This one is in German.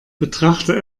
betrachte